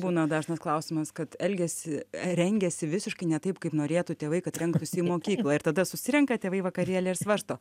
būna dažnas klausimas kad elgiasi rengiasi visiškai ne taip kaip norėtų tėvai kad rengtųsi į mokyklą ir tada susirenka tėvai į vakarėlį ir svarsto